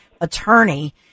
attorney